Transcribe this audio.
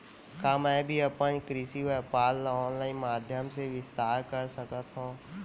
का मैं भी अपन कृषि व्यापार ल ऑनलाइन माधयम से विस्तार कर सकत हो?